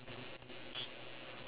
oh okay